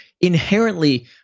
inherently